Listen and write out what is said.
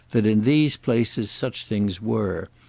that in these places such things were,